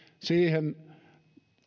siihen